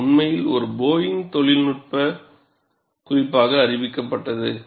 இது உண்மையில் ஒரு போயிங் தொழில்நுட்ப குறிப்பாக அறிவிக்கப்பட்டது